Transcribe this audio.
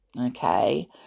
okay